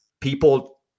People